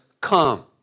come